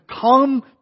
come